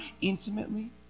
intimately